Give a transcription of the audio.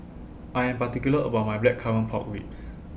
I Am particular about My Blackcurrant Pork Ribs